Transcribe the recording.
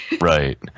right